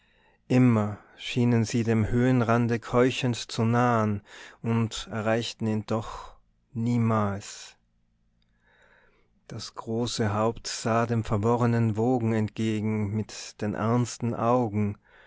immer schienen sie dem höhenrande keuchend zu nahen und erreichten ihn doch niemals das große haupt sah dem verworrenen wogen entgegen mit den ernsten augen